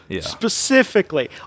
Specifically